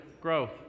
growth